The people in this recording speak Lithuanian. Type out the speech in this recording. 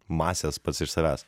masės pats iš savęs